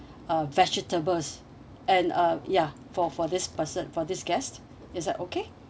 uh vegetables and um ya for for this person for this guest is that okay